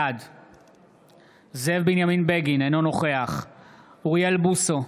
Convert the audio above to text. בעד זאב בנימין בגין, אינו נוכח אוריאל בוסו,